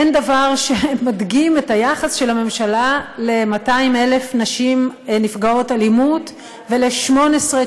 אין דבר שמדגים את היחס של הממשלה ל-200,000 נשים נפגעות אלימות ול-18,